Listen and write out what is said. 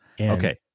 Okay